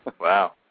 Wow